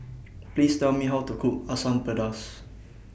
Please Tell Me How to Cook Asam Pedas